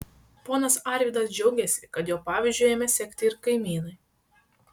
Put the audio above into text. ponas arvydas džiaugėsi kad jo pavyzdžiu ėmė sekti ir kaimynai